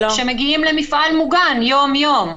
שמגיעים למפעל מוגן יום יום.